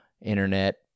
internet